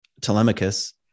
Telemachus